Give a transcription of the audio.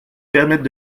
permettre